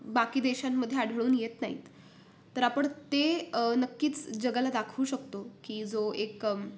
बाकी देशांमध्ये आढळून येत नाहीत तर आपण ते नक्कीच जगाला दाखवू शकतो की जो एक